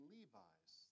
Levi's